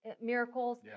miracles